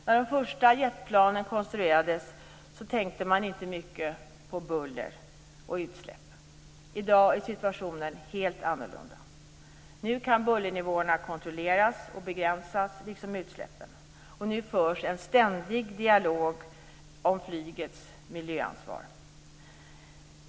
När de första jetplanen konstruerades tänkte man inte mycket på buller och utsläpp. I dag är situationen helt annorlunda. Nu kan bullernivåerna liksom utsläppen kontrolleras och begränsas. Det förs en ständig dialog om flygets miljöansvar.